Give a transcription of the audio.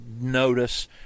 notice